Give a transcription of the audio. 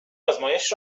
آزمایش